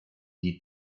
die